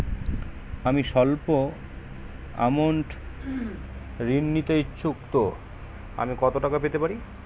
আমি সল্প আমৌন্ট ঋণ নিতে ইচ্ছুক তো আমি কত টাকা পেতে পারি?